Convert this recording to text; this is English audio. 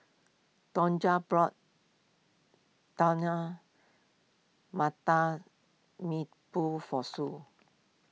Tonja bought Mata for Sue